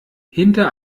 hinter